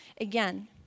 again